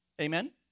Amen